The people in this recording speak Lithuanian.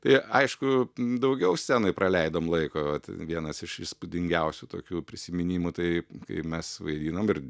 tai aišku daugiau scenoj praleidom laiko vat vienas iš įspūdingiausių tokių prisiminimų taip kai mes vaidinam ir